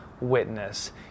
witness